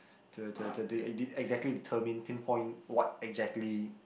the the the day did exactly determine pinpoint what exactly